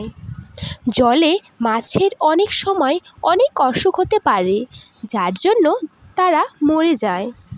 জলে মাছের অনেক সময় অনেক অসুখ হতে পারে যার জন্য তারা মরে যায়